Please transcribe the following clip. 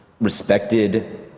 respected